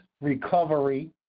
Recovery